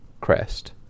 crest